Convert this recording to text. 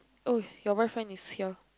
oh your boyfriend is here